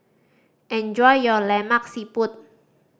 enjoy your Lemak Siput